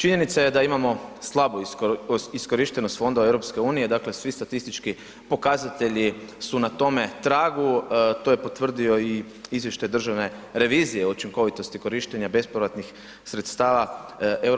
Činjenica je da imamo slabu iskorištenost fondova EU, dakle svi statistički pokazatelji su na tome tragu, to je potvrdio i izvještaj državne revizije o učinkovitosti korištenja bespovratnih sredstava EU,